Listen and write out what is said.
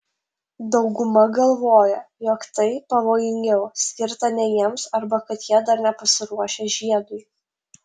dauguma galvoja jog tai pavojingiau skirta ne jiems arba kad jie dar nepasiruošę žiedui